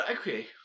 okay